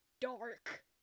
dark